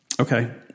Okay